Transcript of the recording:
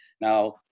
Now